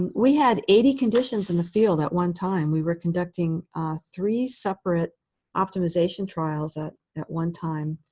we had eighty conditions in the field at one time. we were conducting three separate optimization trials at at one time.